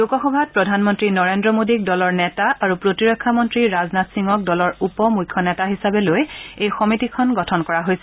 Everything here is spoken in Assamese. লোকসভাত প্ৰধানমন্ত্ৰী নৰেন্দ্ৰ মোদীক দলৰ নেতা আৰু প্ৰতিৰক্ষা মন্ত্ৰী ৰাজনাথ সিঙক দলৰ উপ মুখ্য নেতা হিচাপে লৈ এই সমিতিখন গঠন কৰা হৈছে